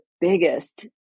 biggest